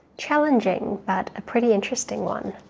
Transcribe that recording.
challenging but a pretty interesting one.